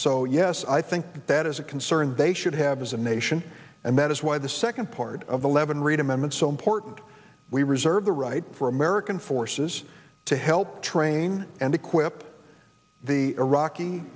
so yes i think that is a concern they should have as a nation and that is why the second part of the levin reid amendment so important we reserve the right for american forces to help train and equip the iraqi